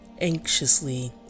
anxiously